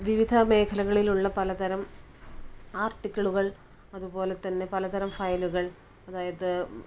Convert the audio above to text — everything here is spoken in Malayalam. വിവിധ മേഖലകളിലുള്ള പലതരം ആര്ട്ടിക്കിളുകള് അതുപോലെ തന്നെ പലതരം ഫയലുകള് അതായത്